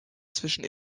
zwischen